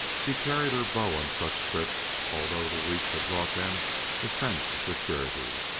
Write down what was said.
she carried her bow on such trips, although the weeks had brought them a sense of security.